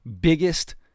biggest